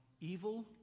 evil